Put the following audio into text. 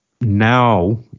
now